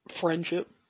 friendship